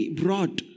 brought